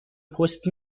پست